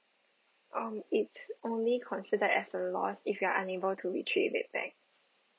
um it's only consider as a loss if you are unable to retrieve it back